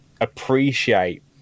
appreciate